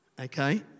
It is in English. okay